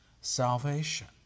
salvation